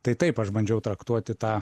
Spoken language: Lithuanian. tai taip aš bandžiau traktuoti tą